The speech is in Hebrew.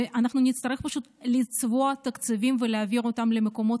שאנחנו נצטרך לצבוע תקציבים ולהעביר אותם למקומות